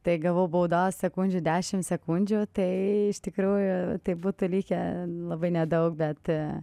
tai gavau baudos sekundžių dešimt sekundžių tai iš tikrųjų tai būtų likę labai nedaug bet